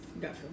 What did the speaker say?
Gotcha